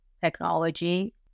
technology